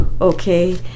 okay